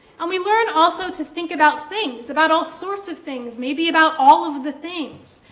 and we learn, also, to think about things, about all sorts of things, maybe about all of the things,